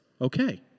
Okay